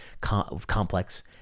complex